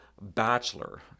bachelor